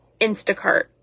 Instacart